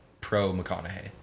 pro-McConaughey